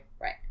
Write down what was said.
Right